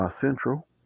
Central